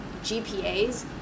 gpas